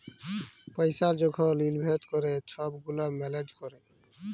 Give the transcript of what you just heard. পইসা যখল ইলভেস্ট ক্যরে ছব গুলা ম্যালেজ ক্যরে